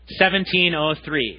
1703